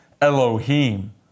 Elohim